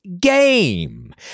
game